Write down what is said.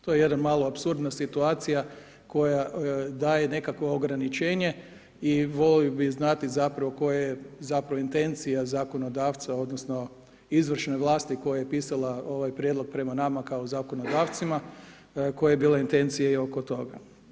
To jedna malo apsurdna situacija koja daje nekakvo ograničenje i volio bi znati zapravo koja je zapravo intencija zakonodavca odnosno izvršne vlasti koja je pisala ovaj prijedlog prema nama kao zakonodavcima, koja je bila intencija i oko toga.